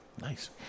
Nice